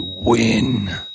win